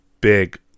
big